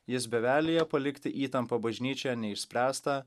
jis bevelija palikti įtampą bažnyčioje neišspręstą